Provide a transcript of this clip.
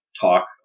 talk